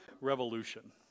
Revolution